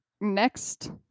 next